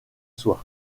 soit